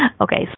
Okay